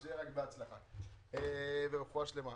אז שיהיה רק בהצלחה ורפואה שלמה.